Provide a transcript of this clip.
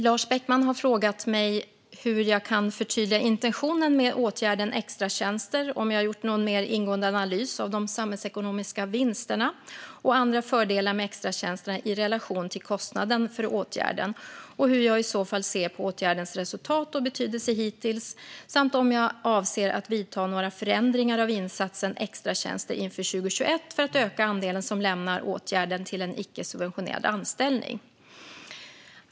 Lars Beckman har frågat mig hur jag kan förtydliga intentionen med åtgärden extratjänster, om jag har gjort någon mer ingående analys av de samhällsekonomiska vinsterna och andra fördelar med extratjänsterna i relation till kostnaden för åtgärden, och hur jag i så fall ser på åtgärdens resultat och betydelse hittills, samt om jag avser att vidta några förändringar av insatsen extratjänster inför 2021 för att öka andelen som lämnar åtgärden och går till en icke-subventionerad anställning.